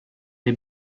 dei